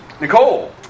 Nicole